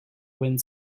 wind